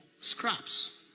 scraps